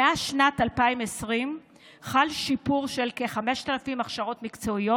מאז שנת 2020 חל שיפור של כ-5,000 הכשרות מקצועיות.